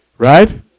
Right